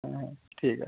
হ্যাঁ হ্যাঁ ঠিক আছে